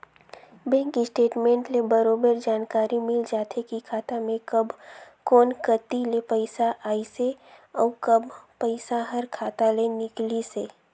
bank statement ले बरोबर जानकारी मिल जाथे की खाता मे कब कोन कति ले पइसा आइसे अउ कब पइसा हर खाता ले निकलिसे